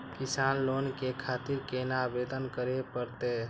किसान लोन के खातिर केना आवेदन करें परतें?